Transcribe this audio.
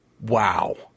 Wow